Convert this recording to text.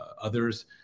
others